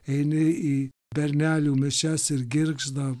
eini į bernelių mišias ir girgžda